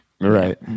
Right